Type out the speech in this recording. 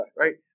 right